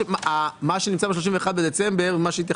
מדברים